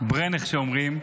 איך שאומרים,